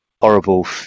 horrible